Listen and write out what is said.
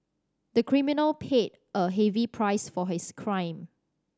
the criminal paid a heavy price for his crime